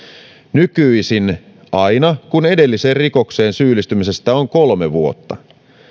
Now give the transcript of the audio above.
nykyisin aina kun edelliseen rikokseen syyllistymisestä on kolme vuotta